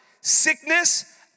Sickness